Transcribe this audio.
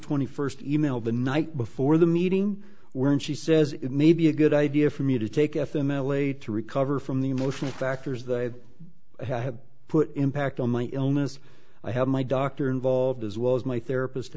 twenty first email the night before the meeting were in she says it may be a good idea for me to take f m l a to recover from the emotional factors that have put impact on my illness i have my doctor involved as well as my therapist